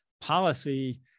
policy